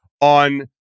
on